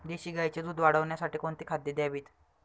देशी गाईचे दूध वाढवण्यासाठी कोणती खाद्ये द्यावीत?